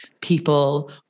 people